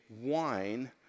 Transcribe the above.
wine